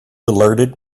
alerted